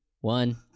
one